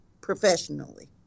professionally